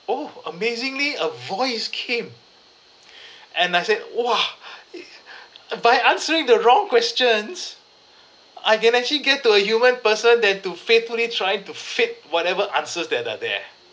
oh amazingly a voice came and I said !wah! if uh by answering the wrong questions I can actually get to a human person than to faithfully trying to fit whatever answers that are there